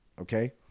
Okay